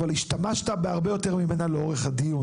אבל השתמשת בהרבה יותר ממנה לאורך הדיון.